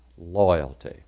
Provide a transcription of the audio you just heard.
loyalty